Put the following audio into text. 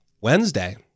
Wednesday